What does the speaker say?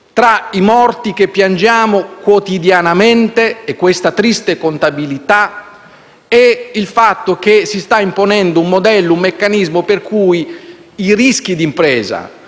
tra i morti che piangiamo quotidianamente, questa triste contabilità, e il fatto che si stanno imponendo un modello e un meccanismo per cui l'aleatorietà